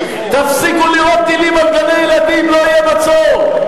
תפסיקו לירות טילים על גני-ילדים, לא יהיה מצור.